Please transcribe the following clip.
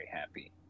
happy